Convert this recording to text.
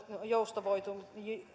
joustavoitetaan